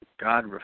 God